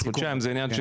חודשיים.